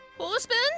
Husband